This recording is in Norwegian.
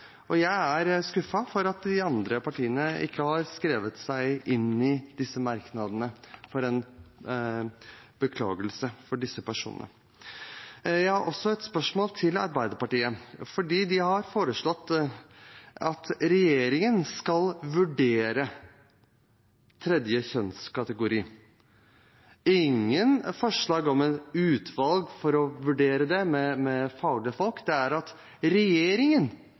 Jeg er skuffet over at de andre partiene ikke har skrevet seg inn i merknadene for en beklagelse overfor disse personene. Jeg har også et spørsmål til Arbeiderpartiet, for de har foreslått at regjeringen skal vurdere en tredje kjønnskategori. Det er ikke et forslag om at et utvalg med fagfolk skal vurdere det, det er at regjeringen skal vurdere det. Regjeringen har sagt veldig tydelig at